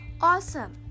Awesome